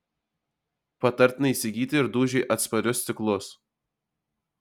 patartina įsigyti ir dūžiui atsparius stiklus